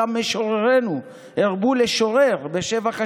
גם משוררינו הרבו לשורר בשבח השלום.